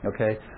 Okay